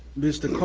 mr.